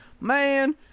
man